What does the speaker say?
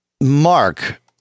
Mark